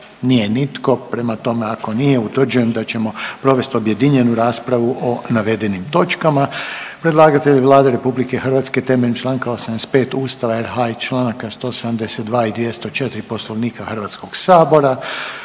Nije nitko. Prema tome ako nije, utvrđujem da ćemo provesti objedinjenu raspravu o navedenim točkama. Predlagatelj je Vlada Republike Hrvatske temeljem članka 85. Ustava RH i članaka 172. i 2014. Poslovnika Hrvatskoga sabora.